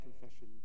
confession